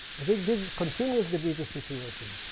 i think this continues to be the situation,